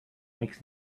makes